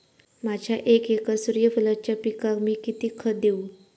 माझ्या एक एकर सूर्यफुलाच्या पिकाक मी किती खत देवू?